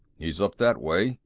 he's up that way,